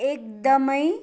एकदमै